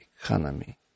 economy